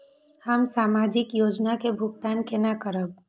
हम सामाजिक योजना के भुगतान केना करब?